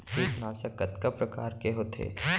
कीटनाशक कतका प्रकार के होथे?